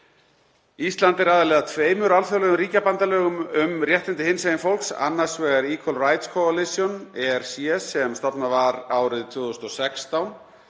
Ísland er aðili að tveimur alþjóðlegum ríkjabandalögum um réttindi hinsegin fólks, annars vegar Equal Rights Coalition (ERC) sem stofnað var árið 2016